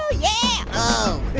ah yeah, oh